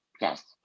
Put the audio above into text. Yes